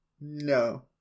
No